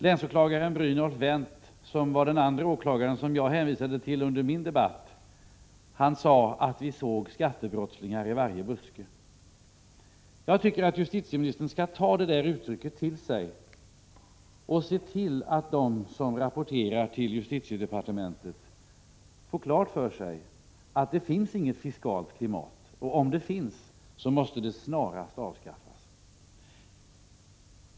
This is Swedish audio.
Länsåklagaren Brynolf Wendt, som var den andre länsåklagare som jag hänvisade till i den tidigare debatten, sade att vi såg skattebrottslingar i varje buske. Jag tycker att justitieministern skall ta detta uttryck till sig och se till att de som rapporterar till justitiedepartementet får klart för sig att det inte finns något fiskalt klimat eller att det, om ett sådant finns, snarast måste avskaffas.